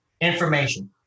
information